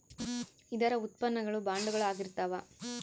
ಇದರ ಉತ್ಪನ್ನ ಗಳು ಬಾಂಡುಗಳು ಆಗಿರ್ತಾವ